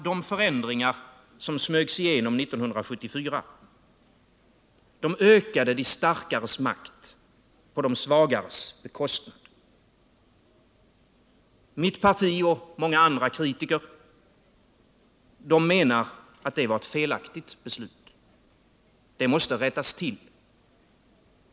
De förändringar som smögs igenom 1974 ökade de starkares makt på de svagares bekostnad. Mitt parti och många andra kritiker menar att det var ett felaktigt beslut. Det måste rättas till.